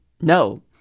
No